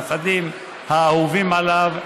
הנכדים האהובים עליו,